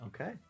Okay